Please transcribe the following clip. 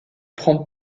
prend